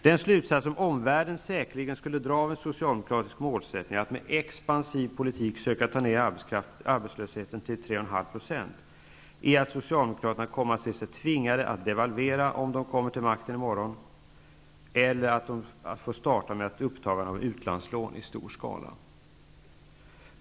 Den slutats som omvärlden säkerligen skulle dra av en socialdemokratisk målsättning att med expansiv politik söka ta ned arbetslösheten till 3,5 % är att Socialdemokraterna skulle se sig tvingade att devalvera, om de kom till makten i morgon, eller att de fick starta med upptagande av utlandslån i stor skala.